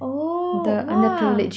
oh !wah!